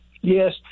Yes